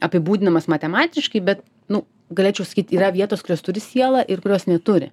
apibūdinamas matematiškai bet nu galėčiau sakyt yra vietos kurios turi sielą ir kurios neturi